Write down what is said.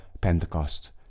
Pentecost